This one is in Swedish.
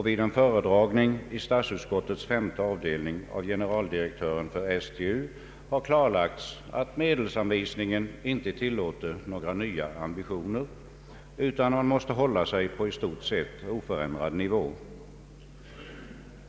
Vid en föredragning i statsutskottets femte avdelning av generaldirektören för STU har klarlagts att medelsanvisningen inte tilllåter några nya ambitioner, utan man måste hålla sig på i stort sett oförändrad nivå.